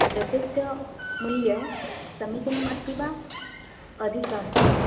द्रव्यस्य मूल्यं समीचीनम् अस्ति वा अधिकम् अस्ति